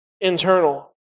internal